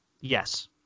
Yes